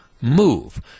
move